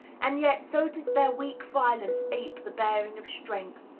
and yet, so does their weak violence ape the bearing of strength,